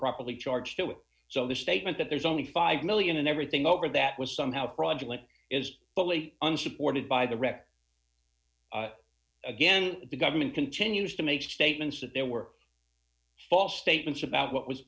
properly charged so the statement that there's only five million and everything over that was somehow fraudulent is fully unsupported by the wreck again the government continues to make statements that there were false statements about what was